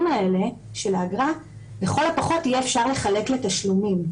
האלה של האגרה לכל הפחות יהיה אפשר לחלק לתשלומים.